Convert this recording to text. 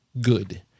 good